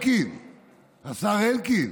השר אלקין,